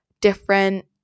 different